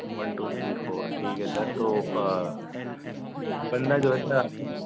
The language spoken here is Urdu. ون ٹو تھری فور ٹھیک ہے سر تو بندہ جو ہے سر آپ کے پاس